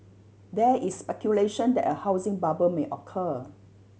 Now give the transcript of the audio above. there is speculation that a housing bubble may occur